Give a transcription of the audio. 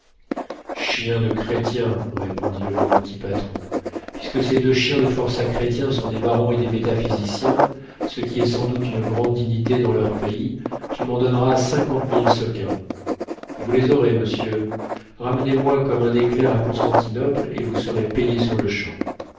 chien de chrétien répondit le levanti patron puisque ces deux chiens de forçats chrétiens sont des barons et des métaphysiciens ce qui est sans doute une grande dignité dans leur pays tu m'en donneras cinquante mille sequins vous les aurez monsieur remenez moi comme un éclair à constantinople et vous serez payé